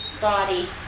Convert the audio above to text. body